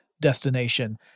destination